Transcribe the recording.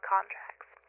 Contracts